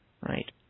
right